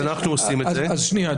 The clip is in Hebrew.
אז אנחנו עושים את זה --- ג'וש,